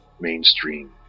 mainstream